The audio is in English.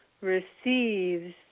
receives